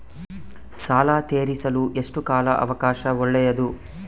ಸಾಲ ತೇರಿಸಲು ಎಷ್ಟು ಕಾಲ ಅವಕಾಶ ಒಳ್ಳೆಯದು?